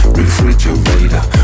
refrigerator